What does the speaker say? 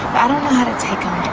i don't know how to take him